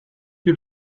you